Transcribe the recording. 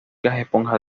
esponjas